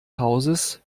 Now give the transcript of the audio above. hauses